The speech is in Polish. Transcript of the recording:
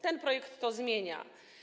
Ten projekt to zmienia.